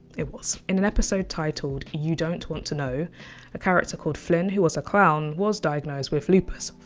it was. in an episode titled you don't want to know a character called flynn who was a clown was diagnosed with lupus.